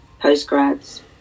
postgrads